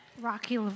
Rocky